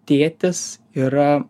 tėtis yra